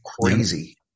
Crazy